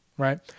Right